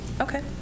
Okay